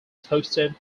toasted